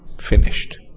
finished